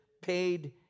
paid